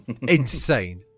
Insane